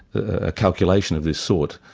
a calculation of this sort,